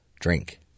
drink